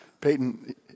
Peyton